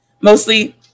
Mostly